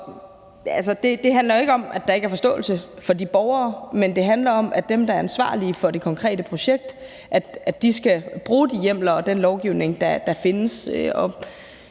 og det handler jo ikke om, at der ikke er forståelse for de borgere, men det handler om, at dem, der er ansvarlige for det konkrete projekt, skal bruge de hjemler og den lovgivning, der findes.